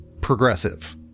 progressive